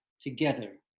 together